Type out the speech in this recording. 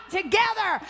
together